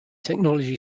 technology